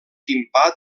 timpà